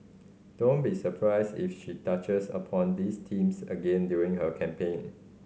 don't be surprised if she touches upon these themes again during her campaign